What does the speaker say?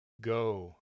Go